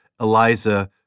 Eliza